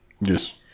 Yes